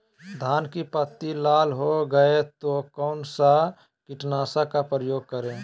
धान की पत्ती लाल हो गए तो कौन सा कीटनाशक का प्रयोग करें?